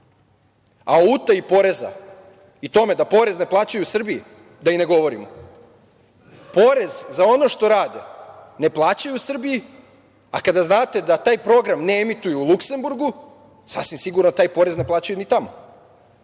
a o utaji poreza i tome da porez ne plaćaju Srbiji da i ne govorimo, porez za ono što rade ne plaćaju Srbiji, a kada znate da taj program ne emituju u Luksemburgu, sasvim sigurno taj porez ne plaćaju ni tamo